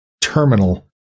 Terminal